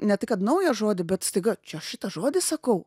ne tai kad naują žodį bet staiga čia aš šitą žodį sakau